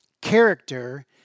character